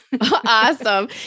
Awesome